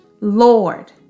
Lord